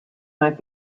might